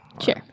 Sure